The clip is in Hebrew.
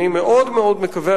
אני מאוד מקווה,